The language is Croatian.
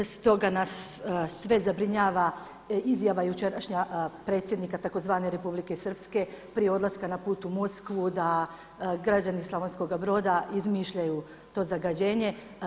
Stoga nas sve zabrinjava izjava jučerašnja predsjednika tzv. Republike Srpske prije odlaska na put u Moskvu da građani Slavonskoga Broda izmišljaju to zagađenje.